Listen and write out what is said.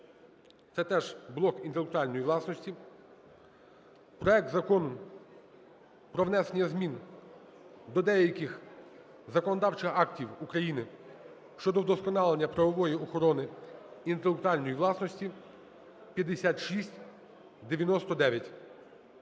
це теж блок інтелектуальної власності. Проект Закону про внесення змін до деяких законодавчих актів України щодо вдосконалення правової охорони інтелектуальної власності (5699).